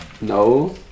No